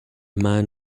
man